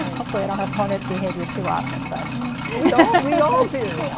hopefully i don't have hornet behavior too often but. mm we all do!